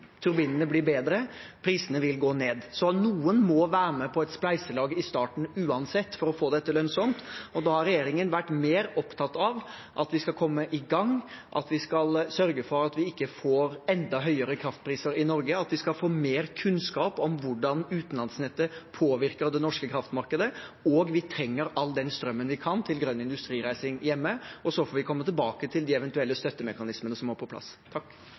turbinene bli bedre og prisene gå ned. Noen må altså være med på et spleiselag i starten uansett, for å få dette lønnsomt. Da har regjeringen vært mer opptatt av at vi skal komme i gang, at vi skal sørge for at vi ikke får enda høyere kraftpriser i Norge, og at vi skal få mer kunnskap om hvordan utenlandsnettet påvirker det norske kraftmarkedet. Vi trenger all den strømmen vi kan få til grønn industrireising hjemme, og så får vi komme tilbake til de eventuelle støttemekanismene som må på plass.